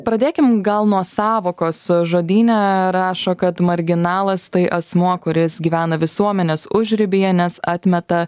pradėkim gal nuo sąvokos žodyne rašo kad marginalas tai asmuo kuris gyvena visuomenės užribyje nes atmeta